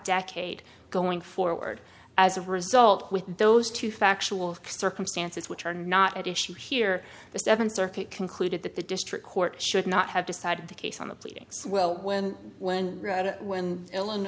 decade going forward as a result with those two factual circumstances which are not at issue here the th circuit concluded that the district court should not have decided the case on the pleadings well when when when ill